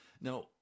Now